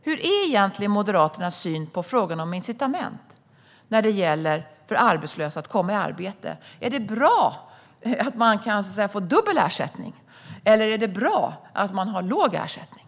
Hur är egentligen Moderaternas syn i fråga om incitament för arbetslösa att komma i arbete? Är det bra att man så att säga kan få dubbel ersättning, eller är det bra att man har låg ersättning?